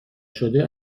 شده